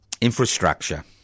infrastructure